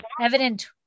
Evident